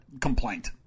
complaint